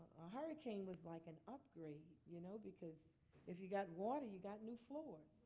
a hurricane was like an upgrade, you know because if you got water, you got new floors.